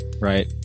Right